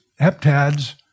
heptads